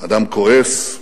אדם כועס,